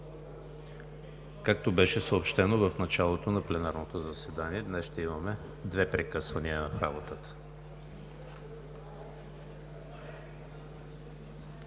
Както беше съобщено в началото на пленарното заседание, днес ще имаме две прекъсвания на работата.